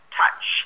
touch